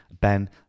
Ben